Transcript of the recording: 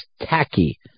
tacky